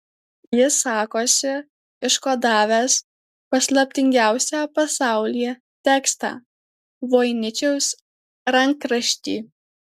jis sakosi iškodavęs paslaptingiausią pasaulyje tekstą voiničiaus rankraštį